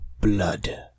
blood